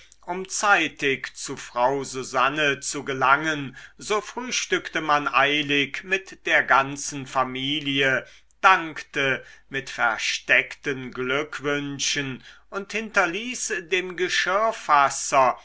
um zeitig zu frau susanne zu gelangen so frühstückte man eilig mit der ganzen familie dankte mit versteckten glückwünschen und hinterließ dem geschirrfasser